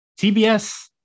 TBS